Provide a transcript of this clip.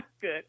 Good